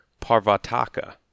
Parvataka